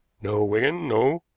no, wigan, no,